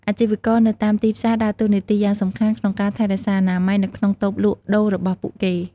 អាជីវករនៅតាមទីផ្សារដើរតួនាទីយ៉ាងសំខាន់ក្នុងការថែរក្សាអនាម័យនៅក្នុងតូបលក់ដូររបស់ពួកគេ។